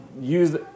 use